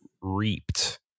reaped